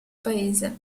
paese